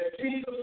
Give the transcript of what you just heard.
Jesus